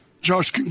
Josh